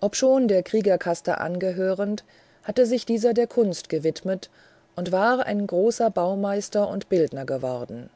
obschon der kriegerkaste angehörend hatte sich dieser der kunst gewidmet und war ein großer baumeister und bildner geworden